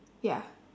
ya